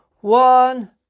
one